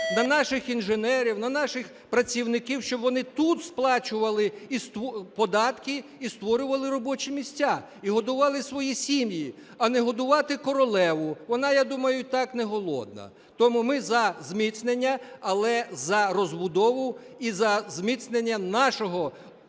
на наших інженерів, на наших працівників, щоб вони тут сплачували податки і створювали робочі місця, і годували свої сім'ї, а не годувати королеву. Вона, я думаю, і так не голодна. Тому ми – за зміцнення, але за розбудову і за зміцнення нашого